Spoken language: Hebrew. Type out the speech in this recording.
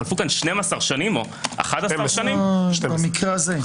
חלפו 12 שנים במקרה הזה,